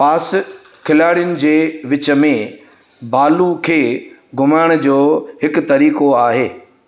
पास खिलाड़ियुनि जे विच में बाल खे घुमाइण जो हिकु तरीक़ो आहे